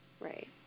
Right